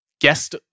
guest